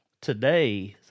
today